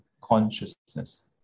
consciousness